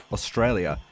Australia